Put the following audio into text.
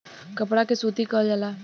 कपड़ा के सूती कहल जाला